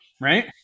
right